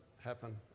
happen